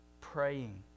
Praying